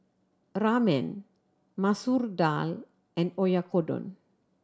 Ramen Masoor Dal and Oyakodon